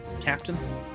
Captain